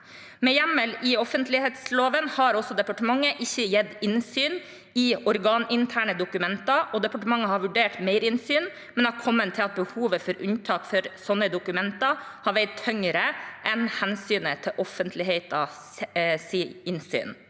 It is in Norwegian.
Med hjemmel i offentlighetsloven har departementet ikke gitt innsyn i organinterne dokumenter. Departementet har vurdert merinnsyn, men har kommet til at behovet for unntak for sånne dokumenter har veid tyngre enn hensynet til offentlighetens innsyn.